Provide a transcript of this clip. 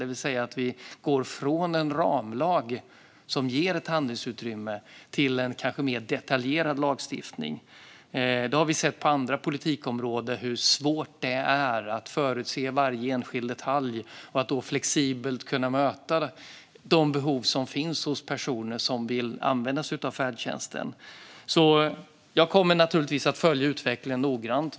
Då skulle vi gå från en ramlag, som ger ett handlingsutrymme, till en mer detaljerad lagstiftning. Vi har sett på andra politikområden hur svårt det är att förutse varje enskild detalj. Då blir det svårt att flexibelt kunna möta de behov som finns hos personer som vill använda sig av färdtjänsten. Jag kommer naturligtvis att följa utvecklingen noggrant.